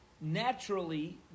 naturally